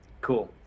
cool